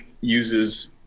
uses